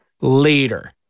later